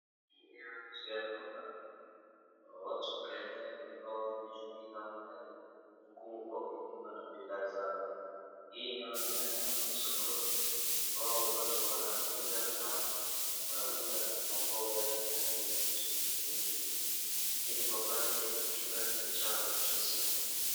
Hii inaonyesha ya kwamba, watu kadhaa ambao wejumuika mahali huku wakinunua mabidhaa zao. Hii inaonekana kama ni sokoni ambayo watu wanakuja na wanauza mamboga yao na kila kitu kingine ili wapate kipato chao cha siku.